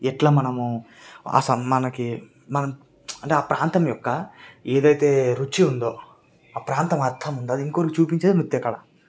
ఎట్లా మనము అసలు మనకి మనం ఆ ప్రాంతం యొక్క ఏదైతే రుచి ఉందో ఆ ప్రాంతం అర్థం ఉందో అది ఇంకొకరికి చూపించేది నృత్యకళ